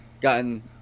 gotten